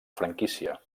franquícia